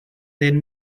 del